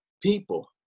people